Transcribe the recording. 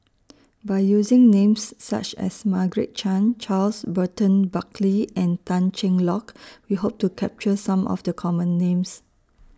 By using Names such as Margaret Chan Charles Burton Buckley and Tan Cheng Lock We Hope to capture Some of The Common Names